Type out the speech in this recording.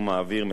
להצעת החוק